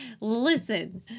listen